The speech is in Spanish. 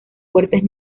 fuertes